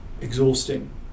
exhausting